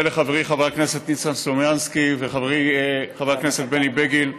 ומודה לחבריי חבר הכנסת ניסן סלומינסקי וחברי חבר הכנסת בני בגין,